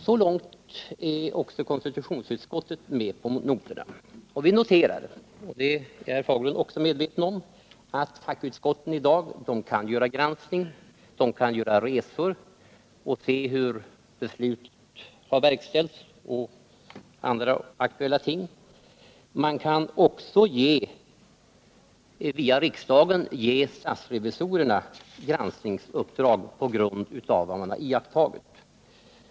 Så långt är också konstitutionsutskottet med på noterna och vi noterar — vilket herr Fagerlund är medveten om =— att fackutskotten i dag kan utföra granskningsarbete och kan göra resor för att studera hur beslut har verkställts och andra aktuella frågeställningar. Man kan också via riksdagen ge statsrevisorerna granskningsuppdrag med anledning av vad som därvid iakttagits.